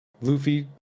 luffy